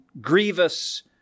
grievous